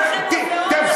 אז למה,